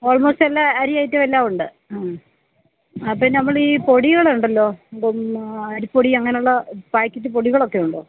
ഓള് മോസ്റ്റെല്ലാ അരി ഐറ്റമെല്ലാമുണ്ട് ആ ആ പിന്നെ നമ്മളീ പൊടികളുണ്ടല്ലോ ഇപ്പം അരിപ്പൊടി അങ്ങനുള്ള പായ്ക്കറ്റ് പൊടികളൊക്കെ ഉണ്ടോ